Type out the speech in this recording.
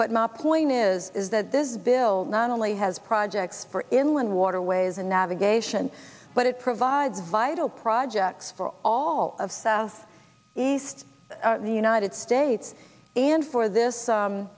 but my point is is that this bill not only has projects for inland waterways and navigation but it provides vital projects for all of south east the united states and for this